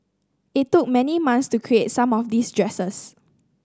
it took many months to create some of these dresses